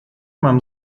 mam